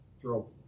throw